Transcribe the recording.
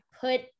put